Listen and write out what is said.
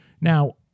Now